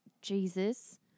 Jesus